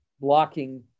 blocking